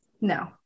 No